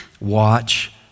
Watch